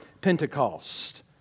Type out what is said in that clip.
Pentecost